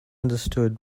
understood